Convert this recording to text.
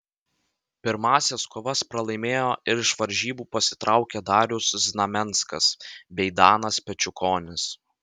pirmąsias kovas pralaimėjo ir iš varžybų pasitraukė darius znamenskas bei danas pečiukonis